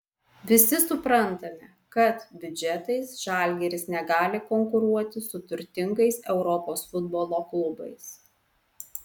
visi suprantame kad biudžetais žalgiris negali konkuruoti su turtingais europos futbolo klubais